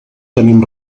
tenim